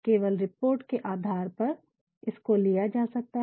केवल रिपोर्ट के आधार पर इसको लिया जा सकता है